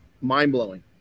mind-blowing